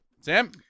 Sam